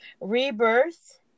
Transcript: rebirth